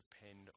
depend